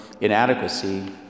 inadequacy